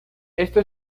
esto